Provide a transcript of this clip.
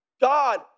God